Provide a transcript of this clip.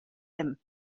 him